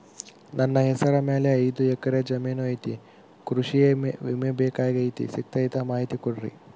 ನನ್ನ ಹೆಸರ ಮ್ಯಾಲೆ ಐದು ಎಕರೆ ಜಮೇನು ಐತಿ ಕೃಷಿ ವಿಮೆ ಬೇಕಾಗೈತಿ ಸಿಗ್ತೈತಾ ಮಾಹಿತಿ ಕೊಡ್ರಿ?